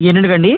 ఎన్నింటికి అండి